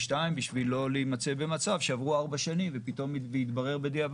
בשביל לייצב את הארגונים האלה חייבים לקחת דוגמה